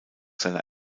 seiner